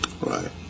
Right